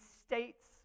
states